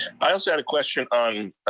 i also had a question on